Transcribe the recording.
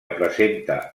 presenta